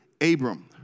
Abram